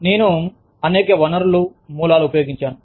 నేను అనేక వనరులు మూలాలు ఉపయోగించాను